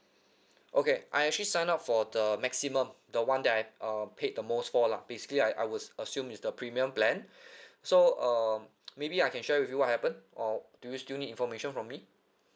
okay I actually sign up for the maximum the one that I uh paid the most for lah basically I I was assume it's the premium plan so uh maybe I can share with you what happened or do you still need information from me